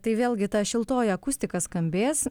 tai vėl gi ta šiltoji akustika skambės